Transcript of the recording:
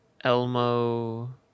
Elmo